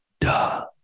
duh